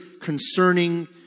concerning